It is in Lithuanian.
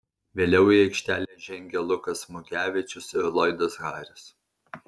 vėliau į aikštelę žengė lukas mugevičius ir loydas harris